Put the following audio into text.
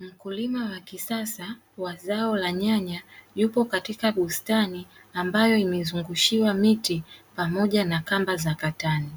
Mkulima wa kisasa wa zao la nyanya yuko katika bustani ambayo imezungushiwa miti pamoja na kamba za katani.